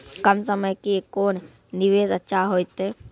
कम समय के कोंन निवेश अच्छा होइतै?